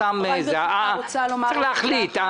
צריך להחליט.